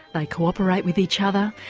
they co-operate with each other,